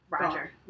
Roger